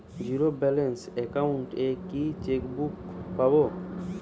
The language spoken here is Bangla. জীরো ব্যালেন্স অ্যাকাউন্ট এ কি চেকবুক পাব?